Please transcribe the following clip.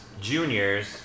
juniors